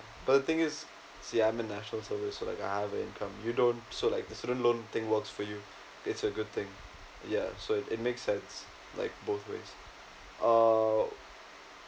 but the thing is see I'm in national service so like I have an income you don't so like the student loan thing works for you it's a good thing ya so it it makes sense like both ways uh